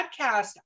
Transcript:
podcast